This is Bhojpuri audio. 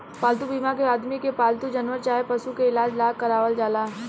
पालतू बीमा के आदमी के पालतू जानवर चाहे पशु के इलाज ला करावल जाला